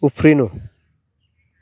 उफ्रिनु